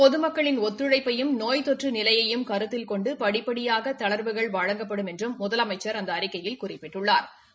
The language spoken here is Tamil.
பொதுமக்களின் ஒத்துழைப்பையும் நோய் தொற்று நிலையையும் கருத்தில் கொண்டு படிப்படியாக தளா்வுகள் வழங்கப்படும் என்றும் திரு முதலமைச்சா் அந்த அறிக்கையில் குறிப்பிட்டுள்ளாா்